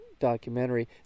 documentary